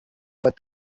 but